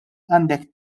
għandek